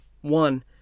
one